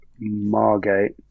Margate